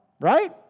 right